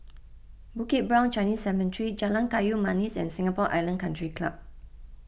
Bukit Brown Chinese Cemetery Jalan Kayu Manis and Singapore Island Country Club